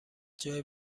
جای